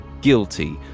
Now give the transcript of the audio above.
guilty